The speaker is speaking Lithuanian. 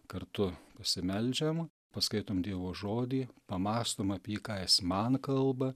kartu pasimeldžiam paskaitom dievo žodį pamąstom apie jį ką jis man kalba